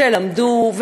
שלמדו,